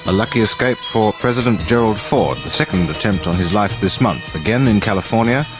ah lucky escape for president gerald ford, the second attempt on his life this month, again in california,